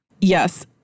yes